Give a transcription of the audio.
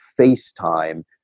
FaceTime